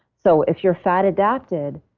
so if you're fat adapted,